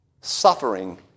suffering